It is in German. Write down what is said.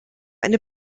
eine